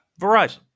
Verizon